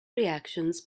reactions